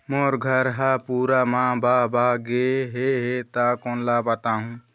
मोर घर हा पूरा मा बह बह गे हे हे ता कोन ला बताहुं?